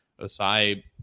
Osai